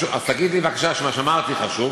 אז תגיד לי בבקשה שמה שאמרתי חשוב,